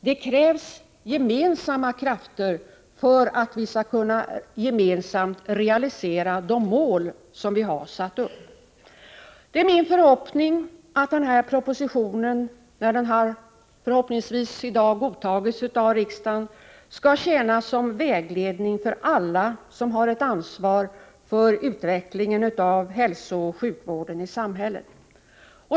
Det krävs gemensamma krafter för att vi skall kunna realisera de mål vi gemensamt har satt upp. Det är min förhoppning att denna proposition, sedan den godtagits av riksdagen, kan tjäna som vägledning för alla som har ett ansvar för utvecklingen av hälsooch sjukvården i samhället.